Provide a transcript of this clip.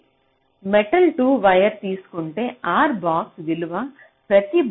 metal 2 wire తీసుకుంటే R box విలువ ప్రతి బాక్స కు 0